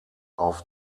auf